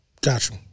Gotcha